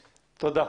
תודה.